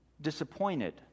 disappointed